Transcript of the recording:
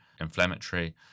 inflammatory